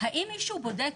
האם מישהו בודק